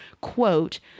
quote